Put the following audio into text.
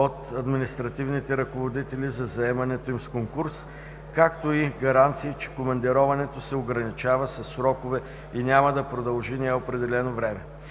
от административните ръководители за заемането им с конкурс, както и гаранции, че командироването се ограничава със срокове и няма да продължи неопределено време.